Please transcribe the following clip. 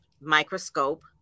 microscope